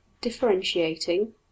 Differentiating